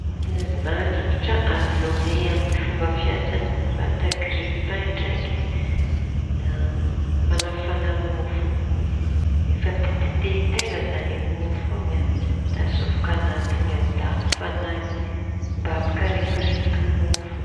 Ny fanazava tsotsotra azo omeña amin'ny fomba fiasa vata grïy pin ndraiky. Da mañafana mofo efa tetehin-teña zañy mofo iñy an! Da atsofoky añatiñy ao mba apikareporepoky mofo.